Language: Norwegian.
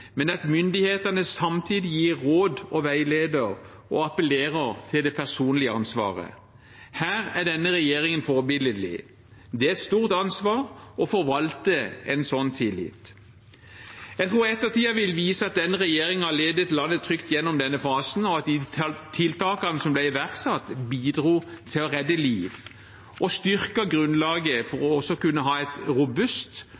men at myndighetene samtidig gir råd og veileder og appellerer til det personlige ansvar. Her er denne regjeringen forbilledlig. Det er et stort ansvar å forvalte en slik tillit. Jeg tror ettertiden vil vise at denne regjeringen har ledet landet trygt gjennom denne fasen, og at de tiltakene som ble iverksatt, bidro til å redde liv og styrke grunnlaget for